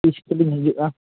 ᱛᱤᱥᱪᱚᱞᱤᱧ ᱦᱤᱡᱩᱜᱼᱟ